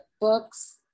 books